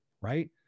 Right